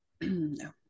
No